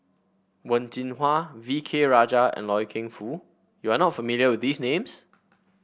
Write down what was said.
Wen Jinhua V K Rajah and Loy Keng Foo you are not familiar with these names